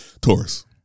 Taurus